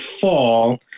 fall